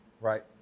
right